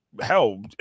hell